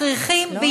מכריחים,